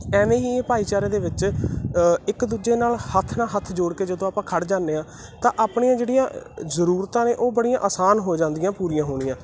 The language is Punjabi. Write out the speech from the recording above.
ਐਵੇਂ ਹੀ ਇਹ ਭਾਈਚਾਰੇ ਦੇ ਵਿੱਚ ਇੱਕ ਦੂਜੇ ਨਾਲ ਹੱਥ ਨਾਲ ਹੱਥ ਜੋੜ ਕੇ ਜਦੋਂ ਆਪਾਂ ਖੜ ਜਾਂਦੇ ਹਾਂ ਤਾਂ ਆਪਣੀਆਂ ਜਿਹੜੀਆਂ ਜਰੂਰਤਾਂ ਨੇ ਉਹ ਬੜੀਆਂ ਆਸਾਨ ਹੋ ਜਾਂਦੀਆਂ ਪੂਰੀਆਂ ਹੋਣੀਆਂ